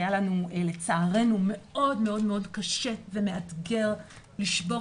היה לנו לעצרנו מאוד מאוד קשה ומאתגר לשבור